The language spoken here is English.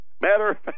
Matter